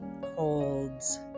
holds